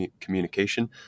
communication